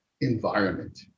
environment